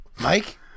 Mike